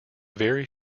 very